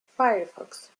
firefox